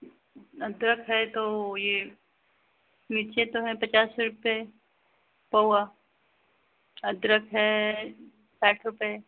अदरक है तो ये मिर्ची तो है पचास रुपये पउवा अदरक है साठ रुपये